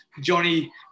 Johnny